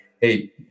hey